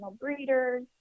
breeders